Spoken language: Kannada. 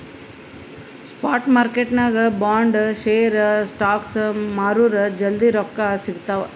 ಸ್ಪಾಟ್ ಮಾರ್ಕೆಟ್ನಾಗ್ ಬಾಂಡ್, ಶೇರ್, ಸ್ಟಾಕ್ಸ್ ಮಾರುರ್ ಜಲ್ದಿ ರೊಕ್ಕಾ ಸಿಗ್ತಾವ್